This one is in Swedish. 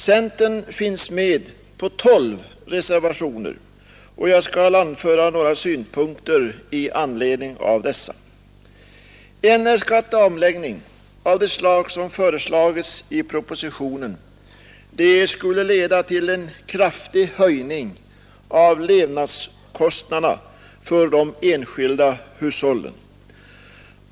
Centern finns med på tolv reservationer, och jag skall anföra några synpunkter i anledning av dessa. En skatteomläggning av det slag som föreslagits i propositionen skulle leda till en kraftig höjning av levnadskostnaderna för de enskilda hushållen.